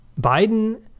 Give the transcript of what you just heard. Biden